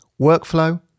Workflow